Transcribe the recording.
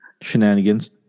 Shenanigans